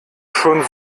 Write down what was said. schon